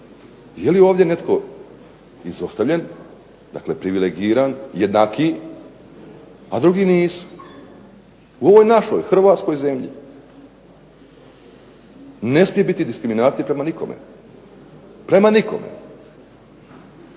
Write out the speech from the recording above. Je li ovdje netko izostavljen, dakle privilegiran, jednakiji, a drugi nisu? U ovoj našoj hrvatskoj zemlji ne smije biti diskriminacije prema nikome. Prema nikome.